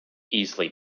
easily